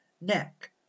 Neck